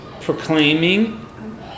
proclaiming